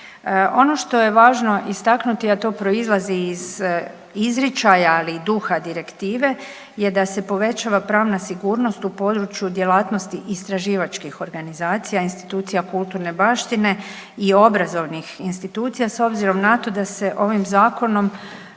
Ono što je važno istaknuti, a to proizlazi iz izričaja, ali i duha direktive je da se povećava pravna sigurnost u području djelatnosti istraživačkih organizacija institucija kulturne baštine i obrazovnih institucija, s obzirom na to da se ovim zakonom